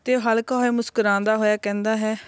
ਅਤੇ ਉਹ ਹਲਕਾ ਹੋਇਆ ਮੁਸਕੁਰਾਉਂਦਾ ਹੋਇਆ ਕਹਿੰਦਾ ਹੈ